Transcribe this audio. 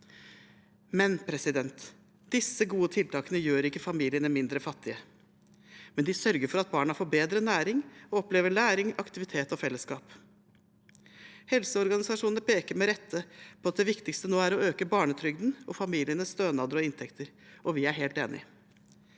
Disse gode tiltakene gjør ikke familiene mindre fattige, men de sørger for at barna får bedre næring og opplever læring, aktivitet og fellesskap. Helseorganisasjonene peker med rette på at det viktigste nå er å øke barnetrygden og familienes stønader